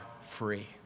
free